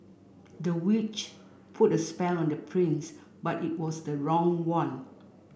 the witch put a spell on the prince but it was the wrong one